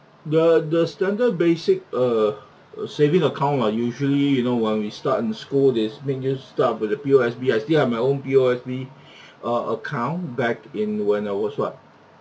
the the standard basic err uh saving account are usually you know when we start in school they make you start with a P_O_S_B I still have my own P_O_S_B uh account back in when I was what